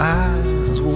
eyes